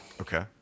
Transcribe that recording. Okay